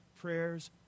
Prayers